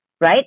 right